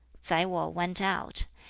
tsai wo went out.